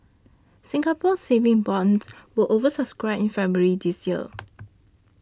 Singapore Saving Bonds were over subscribed in February this year